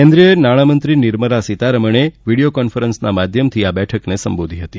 કેન્દ્રિય નાણામંત્રી નિર્મલા સીતારમણે વીડીયો કોન્ફરન્સના માધ્યમથી આ બેઠક સંબોધી હતી